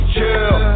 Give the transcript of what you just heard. Chill